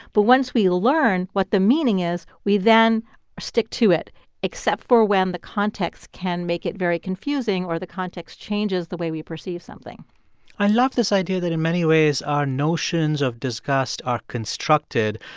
but once we learn what the meaning is, we then stick to it except for when the context can make it very confusing or the context changes the way we perceive something i love this idea that in many ways our notions of disgust are constructed.